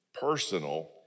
personal